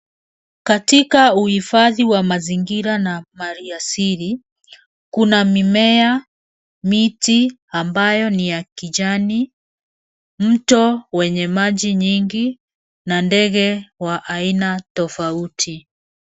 Katika uhifadhi wa mazingira na mali ya asili kuna mimea, miti ambayo ni ya kijani, mto wenye maji nyingi na ndege wa aina tofauti.